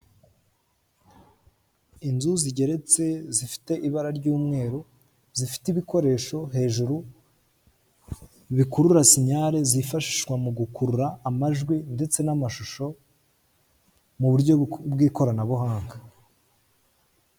Inzu zigereretse zifite ibara ry'umweru zifite ibikoresho hejuru bikurura sinyare zifashishwa mu gukurura amajwi ndetse n'amashusho mu buryo bw'ikoranabuhanga.